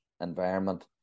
environment